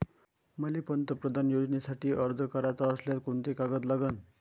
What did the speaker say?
मले पंतप्रधान योजनेसाठी अर्ज कराचा असल्याने कोंते कागद लागन?